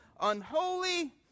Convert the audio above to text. unholy